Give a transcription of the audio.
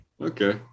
Okay